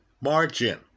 margin